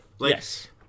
Yes